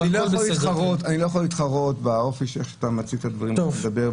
אני לא יכול להתחרות באופי שאתה מציג את הדברים ובאיך שאתה מדבר.